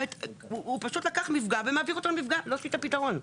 הוא פשוט לקח מפגע והופך אותו למפגע וזה לא פתרון.